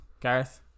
Gareth